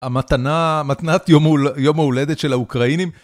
המתנה, מתנת יום הולדת של האוקראינים.